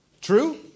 true